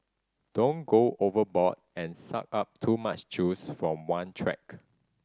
don't go overboard and suck up too much juice from one track